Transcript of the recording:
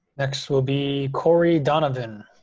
next will be corey donovan.